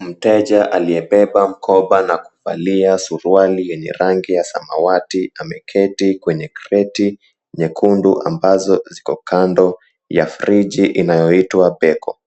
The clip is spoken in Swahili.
Mteja aliyebeba mkoba na kuvalia suruali yenye rangi ya samawati ameketi kwenye kreti nyekundu ambazo ziko kando ya friji inayoitwa, Beko,